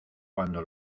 cuando